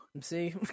see